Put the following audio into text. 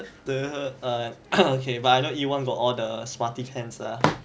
err okay but I know E one got smarty pants lah